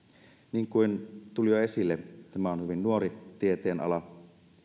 niin kuin tuli jo esille tämä on hyvin nuori tieteenala